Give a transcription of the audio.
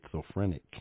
schizophrenic